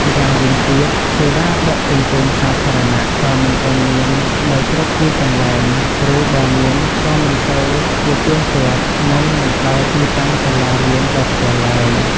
ម្យ៉ាងវិញទៀត សេវាដឹកជញ្ជូនសាធារណៈ ក៏មិនទាន់មាននៅគ្រប់ទីកន្លែង ឬបើមានក៏មិនសូវជាទៀងទាត់ និងមិនដល់ទីតាំងសាលារៀនដោយផ្ទាល់ឡើយ។